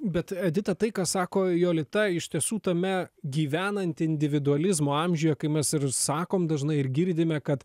bet edita tai ką sako jolita iš tiesų tame gyvenant individualizmo amžiuje kai mes ir sakom dažnai ir girdime kad